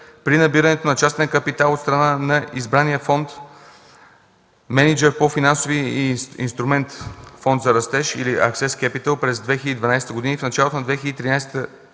при набирането на частен капитал от страна на избрания фонд – мениджър по финансовия инструмент Фонд за растеж или „Аксес Кепитъл” през 2012 г. В началото на 2013 г.